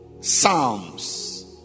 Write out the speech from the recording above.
Psalms